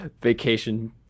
vacation